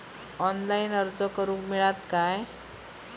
Online अर्ज करूक मेलता काय?